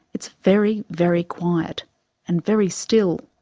it's very, very quiet and very still.